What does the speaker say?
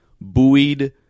buoyed